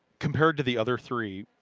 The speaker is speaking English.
compared to the other three,